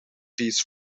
these